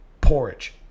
porridge